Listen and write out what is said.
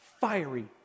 Fiery